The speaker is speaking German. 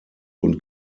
und